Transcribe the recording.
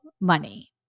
money